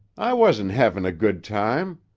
i wasn't hevin' a good time.